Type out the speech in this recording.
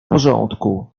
porządku